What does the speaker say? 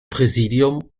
präsidium